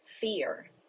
fear